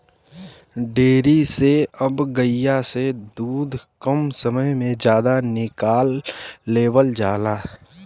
dairy से अब गइया से दूध कम समय में जादा निकाल लेवल जाला